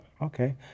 okay